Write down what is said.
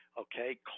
okay